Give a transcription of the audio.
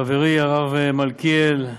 חברי הרב מלכיאלי,